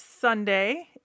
Sunday